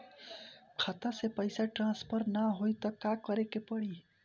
खाता से पैसा टॉसफर ना होई त का करे के पड़ी?